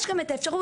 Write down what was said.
יש גם את האפשרות,